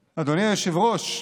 היושב-ראש,